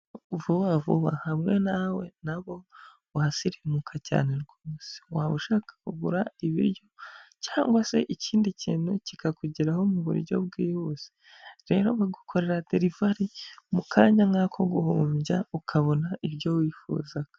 Vuba vuba hamwe nawe na bo wasirimuka cyane rwose, waba ushaka kugura ibiryo cyangwa se ikindi kintu kikakugeraho mu buryo bwihuse? Rero bagukorera derivari mu kanya nk'ako guhumbya, ukabona ibyo wifuzaga.